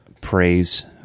praise